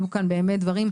עלו כאן באמת דברים,